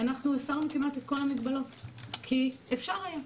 אנחנו הסרנו כמעט את כל המגבלות כי אפשר היה.